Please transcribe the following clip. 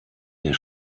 der